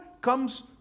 comes